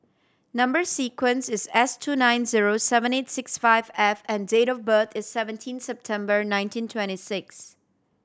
number sequence is S two nine zero seven eight six five F and date of birth is seventeen September nineteen twenty six